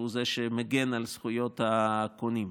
שהוא שמגן על זכויות הקונים.